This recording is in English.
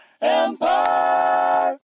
empire